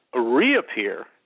reappear